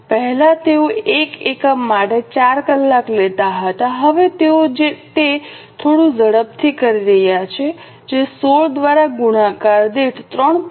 પહેલાં તેઓ 1 એકમ માટે 4 કલાક લેતા હતા હવે તેઓ તે થોડું ઝડપથી કરી રહ્યા છે જે 16 દ્વારા ગુણાકાર દીઠ 3